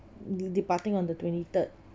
de~ departing on the twenty third